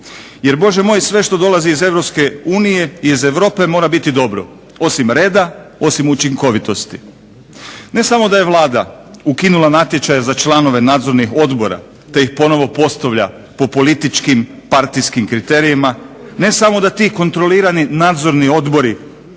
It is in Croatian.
jer Bože moj, sve što dolazi iz EU i iz Europe mora biti dobro, osim reda, osim učinkovitosti. Ne samo da je Vlada ukinula natječaje za članove nadzornih odbora te ih ponovno postavlja po političkim, partijskim kriterijima, ne samo da i kontrolirali nadzorni odbori